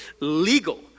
legal